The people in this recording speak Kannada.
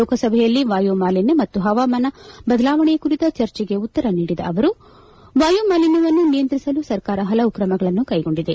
ಲೋಕಸಭೆಯಲ್ಲಿ ವಾಯುಮಾಲಿನ್ಯ ಮತ್ತು ಪವಾಮಾನ ಬದಲಾವಣೆ ಕುರಿತ ಚರ್ಚೆಗೆ ಉತ್ತರ ನೀಡಿದ ಅವರು ವಾಯುಮಾಲಿನ್ಯವನ್ನು ನಿಯಂತ್ರಿಸಲು ಸರ್ಕಾರ ಪಲವು ಕ್ರಮಗಳನ್ನು ಕೈಗೊಂಡಿದೆ